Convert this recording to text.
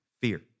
fear